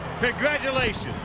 Congratulations